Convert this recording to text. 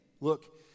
look